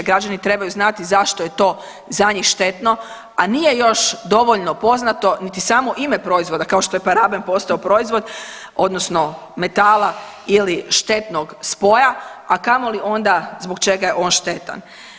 Građani trebaju znati zašto je to za njih štetno, a nije još dovoljno poznato niti samo ime proizvoda kao što je paraben postao proizvod, odnosno metala ili štetnog spoja, a kamoli onda zbog čega je on štetan.